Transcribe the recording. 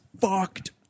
fucked